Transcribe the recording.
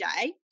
day